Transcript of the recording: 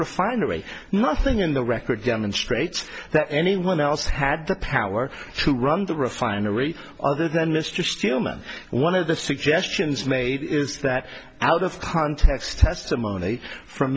refinery nothing in the record demonstrates that anyone else had the power to run the refinery other than mr stillman one of the suggestions made is that out of context testimony from